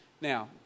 Now